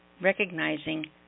recognizing